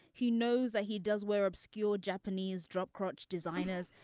he knows that he does where obscure japanese drop crotch designers.